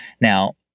Now